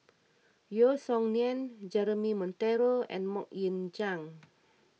Yeo Song Nian Jeremy Monteiro and Mok Ying Jang